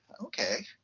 okay